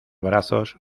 brazos